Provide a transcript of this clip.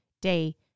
day